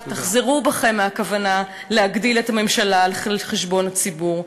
תחזרו בכם מהכוונה להגדיל את הממשלה על חשבון הציבור.